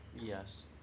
Yes